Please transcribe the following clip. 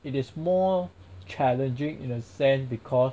it is more challenging in a sense because